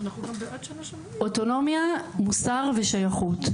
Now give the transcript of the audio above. אוטונומיה מוסר ושייכות.